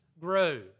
grow